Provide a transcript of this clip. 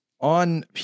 on